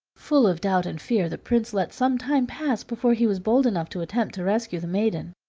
full of doubt and fear, the prince let some time pass before he was bold enough to attempt to rescue the maiden.